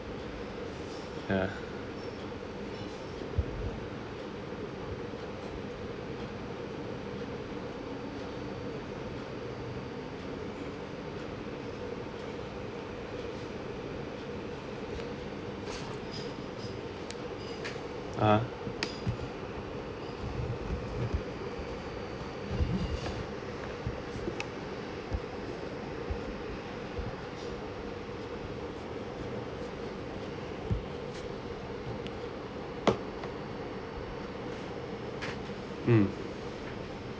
ya ah hmm